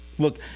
Look